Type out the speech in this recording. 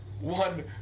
One